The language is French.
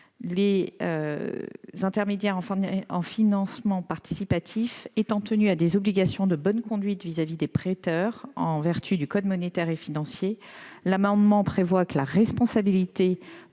les sociétés de financement. Les IFP étant tenus à des obligations de bonne conduite vis-à-vis des prêteurs en vertu du code monétaire et financier, l'amendement a pour objet que la responsabilité